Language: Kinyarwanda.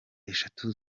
eshatu